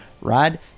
Rod